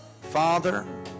father